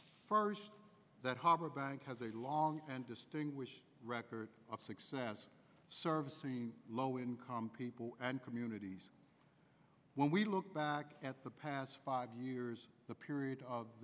first that harbor bank has a long and distinguished record of success servicing low income people and communities when we look back at the past five years the period of